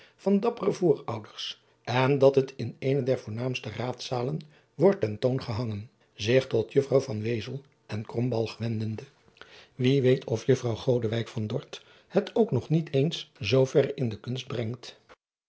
van dappere voorouders en dt het in eene der voornaamste raadzalen wordt ten toon gehangen zich tot uffrouw en wendende wie weet of uffrouw van ordt het ook nog niet eens zoo verre in de kunst brengt